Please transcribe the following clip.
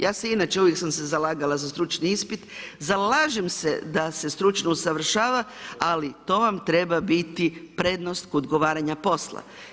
Ja sam inače, uvijek sam se zalagala za stručni ispit, zalažem se da se stručno usavršava, ali to vam treba biti prednost kod ugovaranja posla.